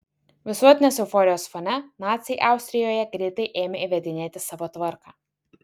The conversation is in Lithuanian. visuotinės euforijos fone naciai austrijoje greitai ėmė įvedinėti savo tvarką